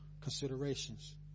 considerations